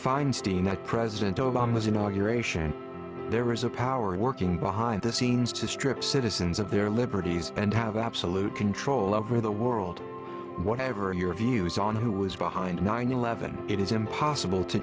feinstein that president obama's inauguration there was a power working behind the scenes to strip citizens of their liberties and have absolute control over the world whatever your views on who was behind nine eleven it is impossible to